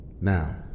Now